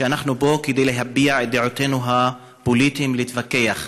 ואנחנו פה כדי להביע את דעותינו הפוליטיות ולהתווכח,